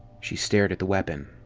she stared at the weapon.